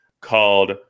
called